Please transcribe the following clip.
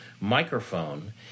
microphone